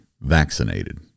vaccinated